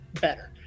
better